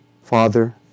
Father